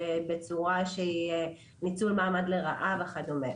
בצורה של ניצול מעמד לרעה וכדומה.